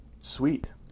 Sweet